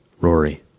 Rory